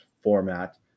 format